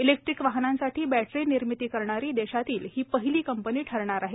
electric वाहनांसाठी बप्तरी निर्मिती करणारी देशातील ही पहिली कंपनी ठरणार आहे